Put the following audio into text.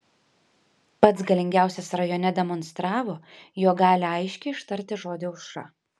pats galingiausias rajone demonstravo jog gali aiškiai ištarti žodį aušra